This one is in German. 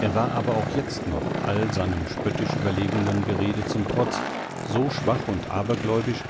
er war aber auch jetzt noch all seinem spöttisch überlegenen gerede zum trotz so schwach und abergläubisch